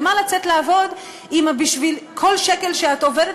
למה לצאת לעבוד אם בשביל כל שקל שאת עובדת